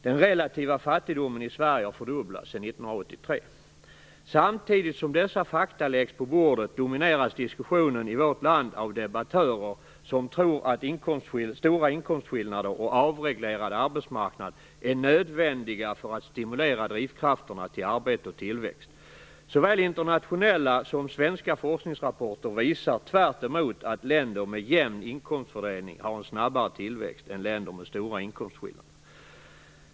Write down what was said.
Den relativa fattigdomen i Sverige har fördubblats sedan Samtidigt som dessa fakta läggs på bordet domineras diskussionen i vårt land av debattörer som tror att stora inkomstskillnader och avreglerad arbetsmarknad är nödvändiga för att stimulera drivkrafterna till arbete och tillväxt. Såväl internationella som svenska forskningsrapporter visar tvärtemot att länder med jämn inkomstfördelning har en snabbare tillväxt än länder med stora inkomstskillnader.